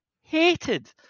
hated